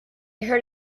heard